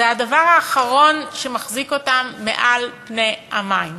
הדבר האחרון שמחזיק אותם מעל פני המים